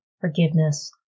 forgiveness